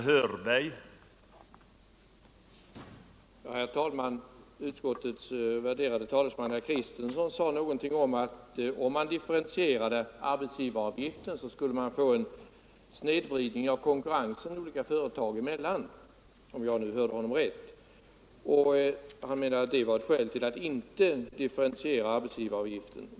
Herr talman! Utskottets värderade talesman herr Kristenson sade - om jag hörde rätt — att en differentiering av arbetsgivaravgiften skulle medföra en snedvridning av konkurrensen olika företag emellan. Han ansåg att det var ett skäl att inte differentiera arbetsgivaravgiften.